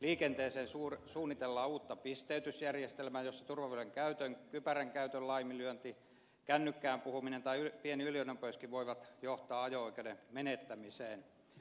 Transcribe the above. liikenteeseen suunnitellaan uutta pisteytysjärjestelmää jossa turvavöiden käytön kypärän käytön laiminlyönti kännykkään puhuminen tai pieni ylinopeuskin voi johtaa ajo oikeuden menettämiseen